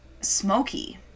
smoky